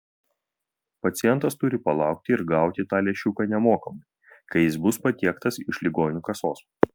pacientas turi palaukti ir gauti tą lęšiuką nemokamai kai jis bus patiektas iš ligonių kasos